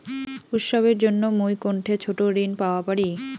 উৎসবের জন্য মুই কোনঠে ছোট ঋণ পাওয়া পারি?